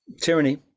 tyranny